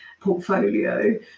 portfolio